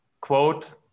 quote